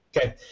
Okay